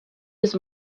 his